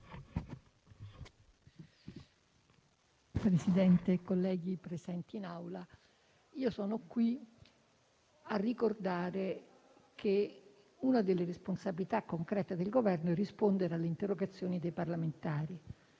Presidente, colleghi presenti in Aula, io sono qui a ricordare che una delle responsabilità concrete del Governo è rispondere alle interrogazioni dei parlamentari.